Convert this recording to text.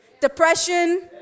Depression